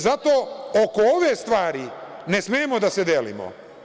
Zato oko ove stvari ne smemo da se delimo.